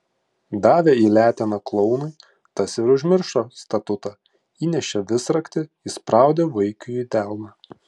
davė į leteną klounui tas ir užmiršo statutą įnešė visraktį įspraudė vaikiui į delną